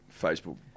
Facebook